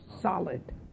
solid